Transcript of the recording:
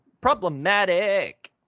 problematic